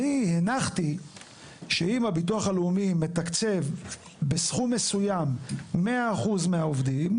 אני הנחתי שאם הביטוח הלאומי מתקצב בסכום מסוים 100% מהעובדים,